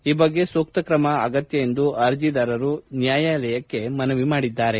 ಈ ಬಗ್ಗೆ ಸೂಕ್ತ ಕ್ರಮ ಅಗತ್ತ ಎಂದು ಅರ್ಜಿದಾರರು ನ್ಯಾಯಾಲಯಕ್ಕೆ ಮನವಿ ಮಾಡಿದ್ದಾರೆ